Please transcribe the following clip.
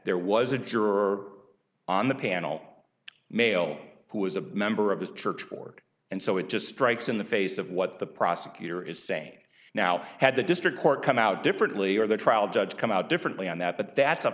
there was a juror on the panel male who was a member of his church board and so it just strikes in the face of what the prosecutor is saying now had the district court come out differently or the trial judge come out differently on that but that's u